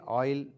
oil